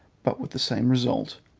but with the same result,